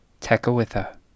Tekawitha